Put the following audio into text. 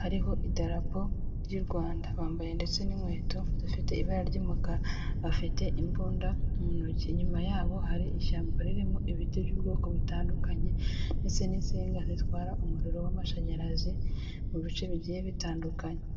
hariho idarapo ry'u Rwanda, bambaye ndetse n'inkweto zifite ibara ry'umukara, bafite imbunda mu ntoki. Inyuma yabo hari ishyamba ririmo ibiti by'ubwoko butandukanye ndetse n'insinga zitwara umuriro w'amashanyarazi mu bice bigiye bitandukanye.